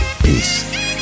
peace